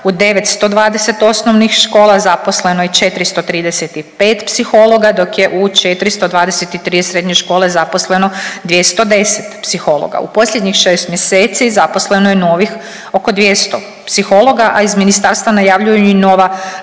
u 920 osnovnih škola zaposleno je 435 psihologa dok je u 423 srednje škole zaposleno 210 psihologa. U posljednjih šest mjeseci zaposleno je novih oko 200 psihologa, a iz ministarstva najavljuju i nova